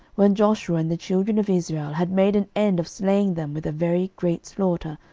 when joshua and the children of israel had made an end of slaying them with a very great slaughter,